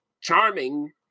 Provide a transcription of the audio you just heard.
charming